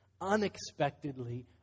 unexpectedly